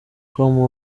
com